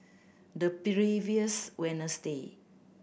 the previous Wednesday